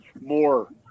more